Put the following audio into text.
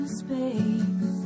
space